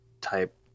type